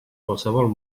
qualsevol